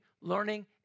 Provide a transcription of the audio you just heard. learning